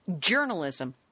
Journalism